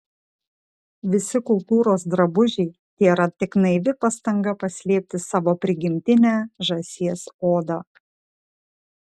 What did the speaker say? visi kultūros drabužiai tėra tik naivi pastanga paslėpti savo prigimtinę žąsies odą